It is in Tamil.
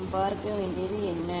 நாம் பார்க்க வேண்டியது என்ன